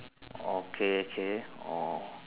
okay K oh